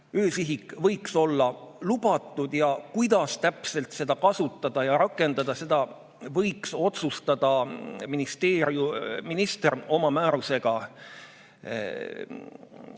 öösihik võiks olla lubatud ja selle, kuidas täpselt seda kasutada ja rakendada, võiks otsustada minister oma määrusega.